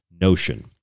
notion